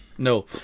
No